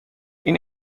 این